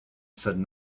said